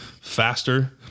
faster